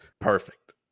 perfect